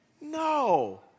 No